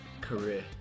career